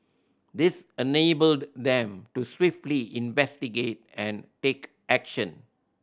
this enabled them to swiftly investigate and take action